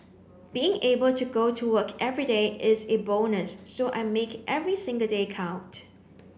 being able to go to work everyday is a bonus so I make every single day count